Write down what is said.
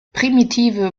primitive